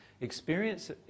experience